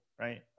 right